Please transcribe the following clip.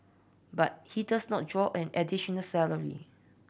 but he does not draw an additional salary